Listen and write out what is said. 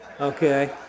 Okay